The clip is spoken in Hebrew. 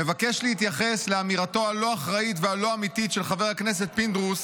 "מבקש להתייחס לאמירתו הלא-אחראית והלא-אמיתית של חבר הכנסת פינדרוס